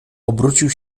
obrócił